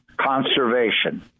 conservation